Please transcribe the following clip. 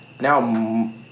Now